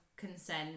consent